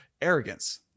arrogance